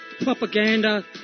propaganda